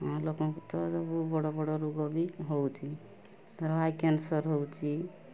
ହଁ ଲୋକଙ୍କୁ ତ ସବୁ ବଡ଼ ବଡ଼ ରୋଗ ବି ହେଉଛି ଧର ଆଇ କ୍ୟାନସର୍ ହେଉଛି